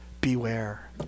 beware